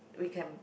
weekend